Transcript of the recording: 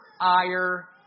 ire